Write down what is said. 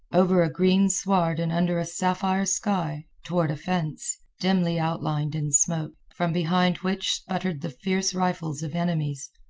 over a green sward and under a sapphire sky, toward a fence, dimly outlined in smoke, from behind which sputtered the fierce rifles of enemies.